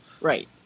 Right